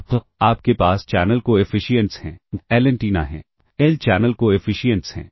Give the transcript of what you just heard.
अब आपके पास चैनल कोएफ़िशिएंट्स हैं L एंटीना हैं L चैनल कोएफ़िशिएंट्स हैं